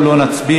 ניצן